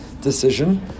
decision